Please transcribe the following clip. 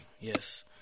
Yes